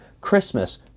Christmas